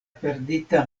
perdita